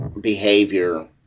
behavior